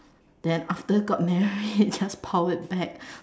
then after got married just powered back